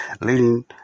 leading